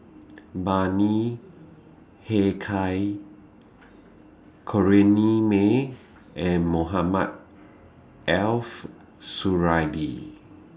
Bani Haykal Corrinne May and Mohamed elf Suradi